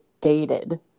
dated